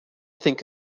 think